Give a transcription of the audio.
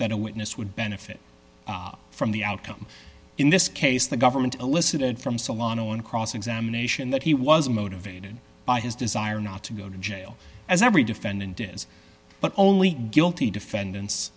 that a witness would benefit from the outcome in this case the government elicited from solano in cross examination that he was motivated by his desire not to go to jail as every defendant is but only guilty defendants